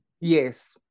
yes